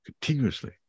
Continuously